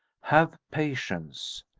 have patience.